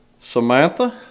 Samantha